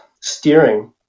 steering